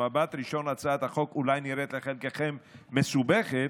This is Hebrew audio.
הצעת החוק אולי נראית לחלקכם מסובכת,